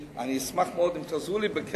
אני אשמח מאוד אם תעזרו לי בכסף,